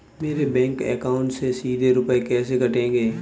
मेरे bank account से सीधे रुपए कैसे कटेंगे?